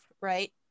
right